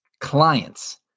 client's